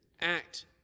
act